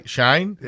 Shane